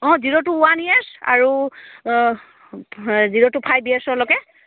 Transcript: অঁ zero two one years আৰু zero two five ইয়েৰ্ছলৈকে